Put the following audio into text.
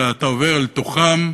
אלא אתה עובר בתוכם,